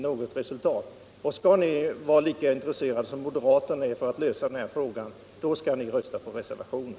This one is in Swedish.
Är ni lika intresserade som moderaterna av att lösa detta problem, skall ni rösta på reservationen.